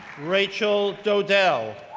rachel dodell,